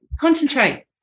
concentrate